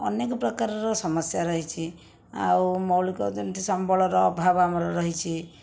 ଅନେକ ପ୍ରକାରର ସମସ୍ୟା ରହିଛି ଆଉ ମୌଳିକ ଯେମିତି ସମ୍ବଳର ଅଭାବ ଆମର ରହିଛି